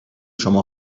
شما